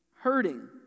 hurting